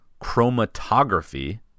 chromatography